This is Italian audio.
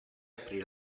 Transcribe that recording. aprì